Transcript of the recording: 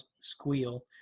squeal